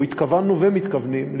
או התכוונו ומתכוונים,